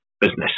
business